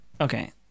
Okay